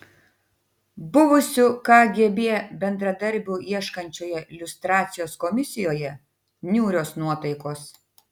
buvusių kgb bendradarbių ieškančioje liustracijos komisijoje niūrios nuotaikos